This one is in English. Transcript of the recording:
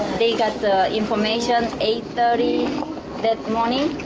they got the information, eight thirty that morning,